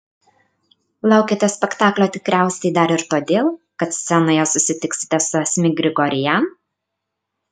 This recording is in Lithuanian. laukiate spektaklio tikriausiai dar ir todėl kad scenoje susitiksite su asmik grigorian